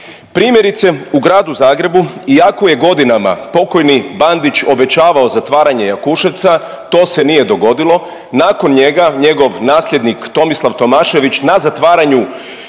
Primjerice u gradu Zagrebu iako je godinama pokojni Bandić obećavao zatvaranje Jakuševca to se nije dogodilo. Nakon njega njegov nasljednik Tomislav Tomašević na zatvaranju Jakuševca